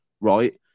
right